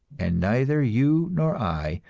and neither you nor i,